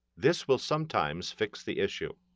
this will sometimes fix the issue.